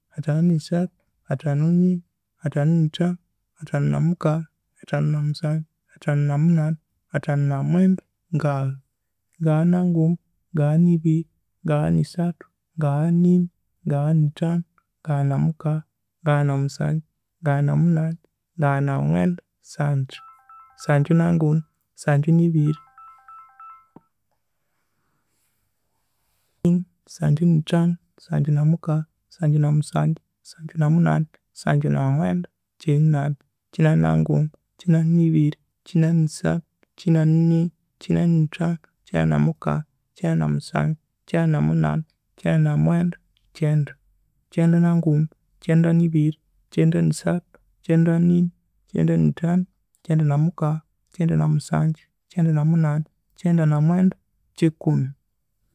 Athanu ni sathu, athanu nini, athanu ni thanu, athanu na mukagha, athanu na musangyu, athanu na munani, athanu na mwenda, ngagha, ngagha na nguma, ngagha ni biri, ngagha ni sathu, ngagha nini, ngagha ni thanu, ngagha na mukagha, ngagha na musangyu, ngagha na munani, ngagha na mwenda, sangyu, sangyu na nguma, sangyu ni biri, sangyu ni sathu, sangyu nini, sangyu ni thanu, sangyu na mukagha, sangyu na musangyu, sangyu na munani, sangyu na mwenda, kinani, kinani na nguma, kinani ni biri, kinani ni sathu, kinani nini, kinani ni thanu, kinani na mukagha, kinani na nusangyu, kinani na mwenda, kyenda, kyenda na nguma, kyenda ni biri, kyenda ni sathu, kyenda nini, kyenda ni thanu, kyenda na mukagha, kyenda na musangyu, kyenda na munani, kyenda na nwenda, kikumi.